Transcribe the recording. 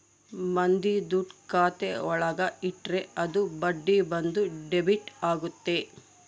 ಮಂದಿ ದುಡ್ಡು ಖಾತೆ ಒಳಗ ಇಟ್ರೆ ಅದು ಬಡ್ಡಿ ಬಂದು ಡೆಬಿಟ್ ಆಗುತ್ತೆ